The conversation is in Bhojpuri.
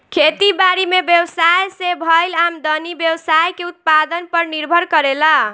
खेती बारी में व्यवसाय से भईल आमदनी व्यवसाय के उत्पादन पर निर्भर करेला